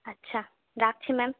আচ্ছা রাখছি ম্যাম